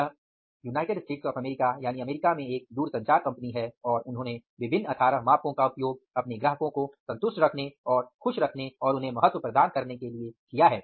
यह अमेरिका में एक दूरसंचार कंपनी है और उन्होंने विभिन्न अठारह मापको का उपयोग अपने ग्राहकों को संतुष्ट रखने और खुश रखने और उन्हें महत्व प्रदान करने के लिए किया है